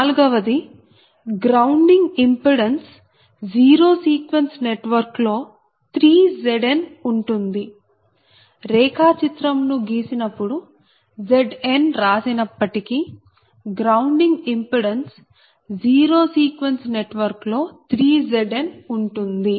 నాలుగవది grounding impedance zero sequence network లో 3Zn ఉంటుంది రేఖా చిత్రంను గీసినప్పుడు Zn రాసినప్పటికీ grounding impedance zero sequence network లో 3Zn ఉంటుంది